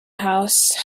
house